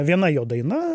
viena jo daina